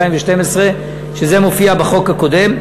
שזה מופיע בחוק הקודם.